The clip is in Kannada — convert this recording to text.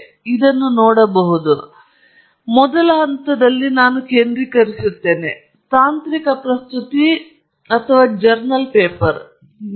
ನೀವು ಇಲ್ಲಿ ನೋಡಬಹುದು ನಾವು ಈಗ ಮೊದಲ ಹಂತದಲ್ಲಿ ಕೇಂದ್ರೀಕರಿಸುತ್ತೇವೆ ಇದು ತಾಂತ್ರಿಕ ಪ್ರಸ್ತುತಿ ಮತ್ತು ಜರ್ನಲ್ ಪೇಪರ್ ಆಗಿದೆ